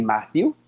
Matthew